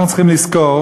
אנחנו צריכים לזכור